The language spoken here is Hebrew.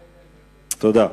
תודה.